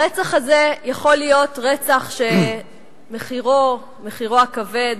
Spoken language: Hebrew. הרצח הזה יכול להיות רצח שמחירו, מחירו הכבד,